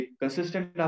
Consistent